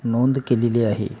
नोंद केलेली आहे